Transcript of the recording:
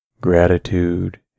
Gratitude